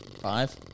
Five